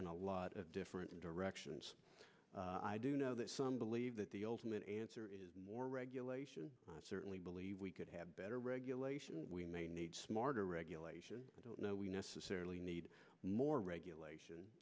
in a lot of different directions i do know that some believe that the ultimate answer more regulation certainly believe we could have better regulation we may need smarter regulation i don't know we necessarily need more regulation